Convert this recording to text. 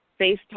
FaceTime